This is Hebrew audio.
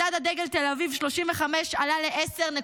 מדד הדגל תל אביב 35 עלה ל-10.96%,